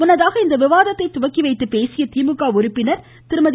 முன்னதாக விவாதத்தை தொடங்கி வைத்து பேசிய திமுக உறுப்பினர் திருமதி